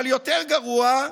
אבל יותר גרוע,